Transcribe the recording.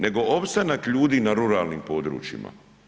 Nego opstanak ljudi na ruralnim područjima.